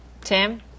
Tim